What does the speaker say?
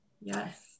Yes